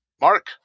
mark